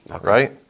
right